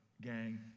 gang